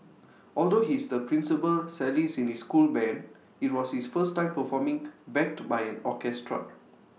although he is the principal cellist in his school Band IT was his first time performing backed by an orchestra